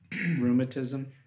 rheumatism